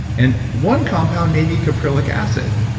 and one compound may be caprylic acid.